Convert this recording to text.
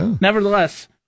Nevertheless